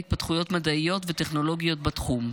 ההתפתחויות המדעיות והטכנולוגיות בתחום.